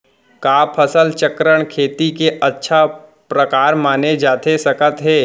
का फसल चक्रण, खेती के अच्छा प्रकार माने जाथे सकत हे?